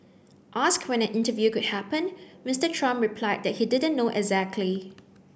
asked when an interview could happen Mister Trump replied that he didn't know exactly